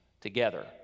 together